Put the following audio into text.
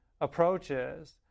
approaches